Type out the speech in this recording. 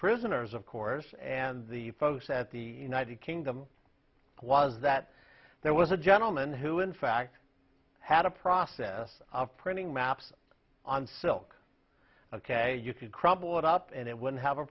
prisoners of course and the folks at the united kingdom was that there was a gentleman who in fact had a process of printing maps on silk ok you could crumble it up and it would have a